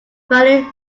valley